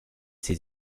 ses